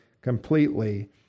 completely